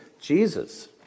Jesus